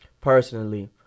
personally